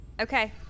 Okay